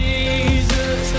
Jesus